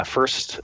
First